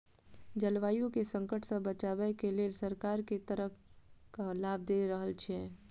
जलवायु केँ संकट सऽ बचाबै केँ लेल सरकार केँ तरहक लाभ दऽ रहल छै?